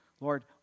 Lord